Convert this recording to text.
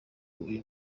uyu